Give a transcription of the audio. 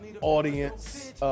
audience